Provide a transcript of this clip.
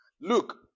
Look